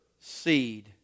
seed